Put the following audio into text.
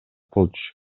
болчу